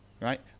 right